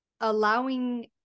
allowing